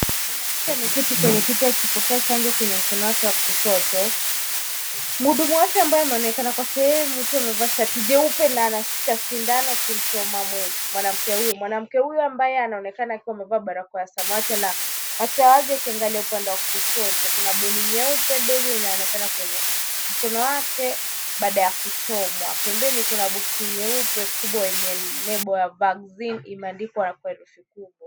Mwanamke ameketi kwenye kiti